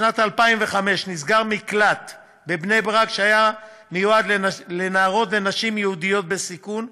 בשנת 2005 נסגר מקלט בבני-ברק שהיה מיועד לנערות ונשים יהודיות בסיכון,